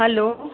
hello